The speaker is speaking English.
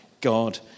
God